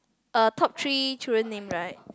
uh top three children name right